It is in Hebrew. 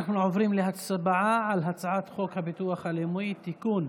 אנחנו עוברים להצבעה על הצעת חוק הביטוח הלאומי (תיקון,